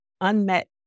unmet